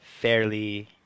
fairly